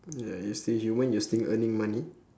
ya you're still human you're still earning money